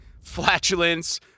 Flatulence